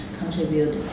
contribute